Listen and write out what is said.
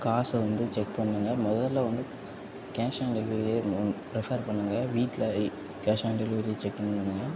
காசை வந்து செக் பண்ணுங்கள் முதல்ல வந்து கேஷ் ஆன் டெலிவரியே ப்ரிஃபெர் பண்ணுங்கள் வீட்டில் இ கேஷ் ஆன் டெலிவரி செக் பண்ணீங்கன்னா